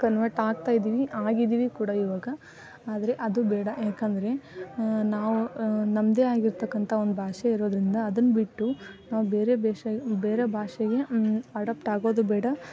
convert ಆಗ್ತಾ ಇದ್ದೀವಿ ಆಗಿದ್ದೀವಿ ಕೂಡ ಇವಾಗ ಆದರೆ ಅದು ಬೇಡ ಏಕಂದರೆ ನಾವು ನಮ್ಮದೇ ಆಗಿರತಕ್ಕಂಥ ಒಂದು ಭಾಷೆ ಇರೋದರಿಂದ ಅದನ್ನು ಬಿಟ್ಟು ನಾವು ಬೇರೆ ಭಾಷೆ ಬೇರೆ ಭಾಷೆಗೆ ಅಡಪ್ಟ್ ಆಗೋದು ಬೇಡ